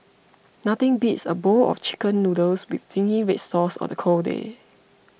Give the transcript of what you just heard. nothing beats a bowl of Chicken Noodles with Zingy Red Sauce on a cold day